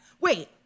Wait